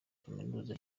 kaminuza